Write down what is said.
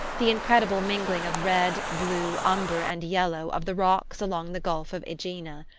the incredible mingling of red, blue, umber and yellow of the rocks along the gulf of aegina.